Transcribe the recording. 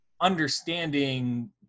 understanding